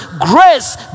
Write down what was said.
grace